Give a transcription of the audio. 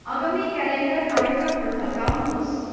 आगामी क्यालेन्डर कार्यक्रमहरू हटाउनु होस्